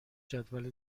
جدول